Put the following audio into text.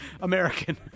American